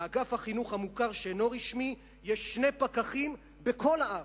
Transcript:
לאגף החינוך המוכר שאינו רשמי יש שני פקחים בכל הארץ,